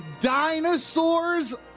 dinosaurs